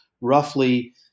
roughly